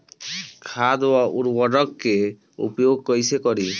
खाद व उर्वरक के उपयोग कईसे करी?